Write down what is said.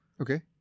Okay